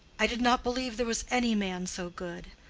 i did not believe there was any man so good.